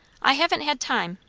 i haven't had time.